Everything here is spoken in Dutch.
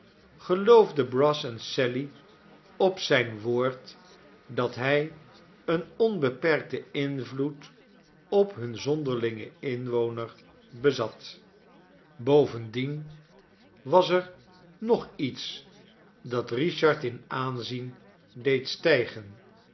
brass en sally op zijn woord dat hij een onbeperkten invloed op hun zonderlingen inwoner bezat bovendien was er nog iets dat richard in aanzien deed stijgen